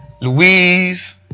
Louise